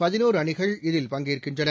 பதினோரு அணிகள் இதில் பங்கேற்கின்றன